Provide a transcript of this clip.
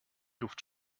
luft